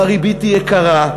והריבית היא יקרה,